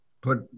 put